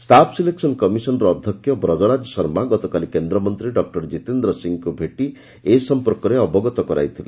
staff selection କମିଶନର ଅଧ୍ୟକ୍ଷ ବ୍ରଜରାଜ ଶର୍ମା ଗତକାଲି କେନ୍ଦ୍ରମନ୍ତ୍ରୀ ଡକ୍କର ଜିତେନ୍ଦ୍ର ସିଂହଙ୍କୁ ଭେଟି ଏ ସଂପର୍କରେ ଅବଗତ କରାଇଥିଲେ